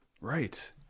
Right